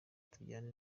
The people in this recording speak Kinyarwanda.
tujyane